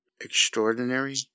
Extraordinary